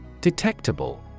Detectable